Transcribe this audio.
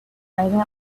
rising